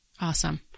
Awesome